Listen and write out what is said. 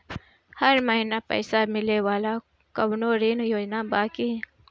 हर महीना पइसा मिले वाला कवनो ऋण योजना बा की?